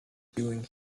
doing